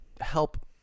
help